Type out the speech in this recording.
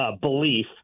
belief